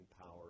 power